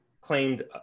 claimed